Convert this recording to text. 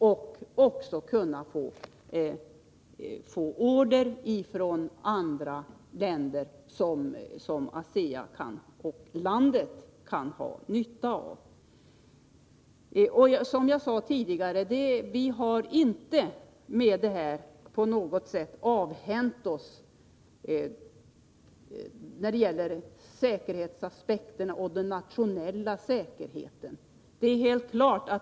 Man kan från andra länder få order, som ASEA och landet har nytta av. Som jag sade tidigare har vi med detta inte på något sätt avhänt oss möjligheten att agera när det gäller säkerhetsaspekten och den nationella säkerheten.